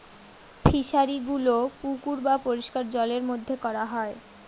ফিশারিগুলো পুকুর বা পরিষ্কার জলের মধ্যে করা হয়